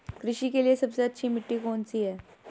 कृषि के लिए सबसे अच्छी मिट्टी कौन सी है?